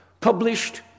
published